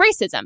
racism